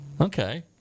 Okay